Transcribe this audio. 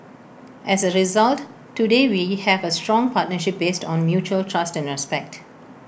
as A result today we have A strong partnership based on mutual trust and respect